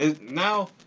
Now